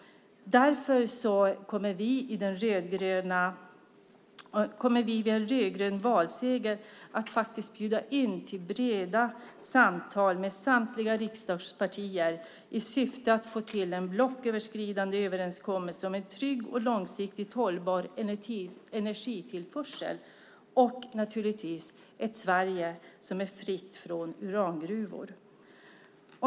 Därför kommer vi vid en rödgrön valseger att bjuda in samtliga riksdagspartier till breda samtal i syfte att få till en blocköverskridande överenskommelse om en trygg och långsiktigt hållbar energitillförsel och ett Sverige som är fritt från urangruvor.